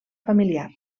familiar